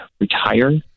retire